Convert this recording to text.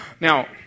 Now